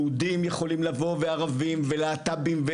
יהודים יכולים לבוא וערבים ולהט"בים.